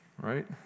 Right